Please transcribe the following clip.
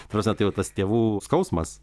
ta prasme tai jau tas tėvų skausmas